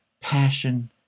passion